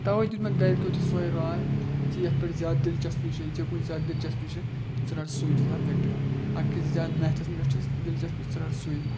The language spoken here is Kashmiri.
تَوَے دیُت مےٚ گَرِکیو تہِ سۄے راے ژےٚ یَتھ پٮ۪ٹھ زیادٕ دِلچَسپی چھے ژےٚ کُنہِ زیادٕ دِلچَسپی چھے ژٕ رَٹ سُے سَبجَکٹ اَکھ گٔے زِ زیادٕ میتھَس پٮ۪ٹھ چھِ دِلچَسپی ژٕ رَٹ سُے